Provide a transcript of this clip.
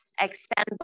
Extend